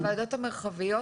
הוועדות המרחביות,